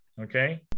okay